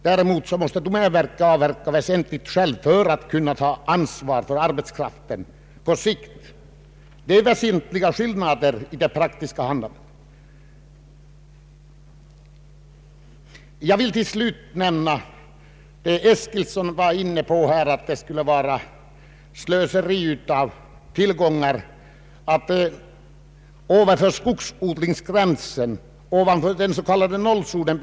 Domänverket däremot måste göra stora avverkningar i egen regi för att kunna ta ansvar för arbetskraften på sikt. Det är väsentliga skillnader i det praktiska handlandet. Herr Eskilsson var inne på att det skulle vara slöseri med tillgångar att inte avverka de skogar som finns ovanför den s.k. noll-zonen.